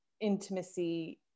intimacy